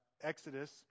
Exodus